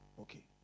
Okay